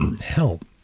help